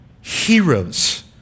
heroes